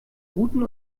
guten